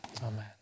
Amen